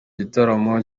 gitaramo